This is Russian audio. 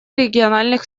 региональных